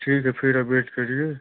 ठीक है फिर आप वेट करिए